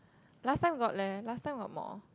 last time got leh last time got more